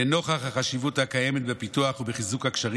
לנוכח החשיבות הקיימת בפיתוח ובחיזוק הקשרים